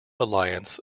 alliance